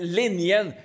linjen